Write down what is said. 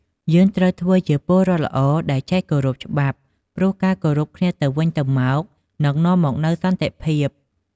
យើងត្រូវធ្វើជាពលរដ្ឋល្អដែលចេះគោរពច្បាប់ ព្រោះការគោរពគ្នាទៅវិញទៅមកនឹងនាំមកនូវសន្តិភាព។